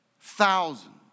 Thousands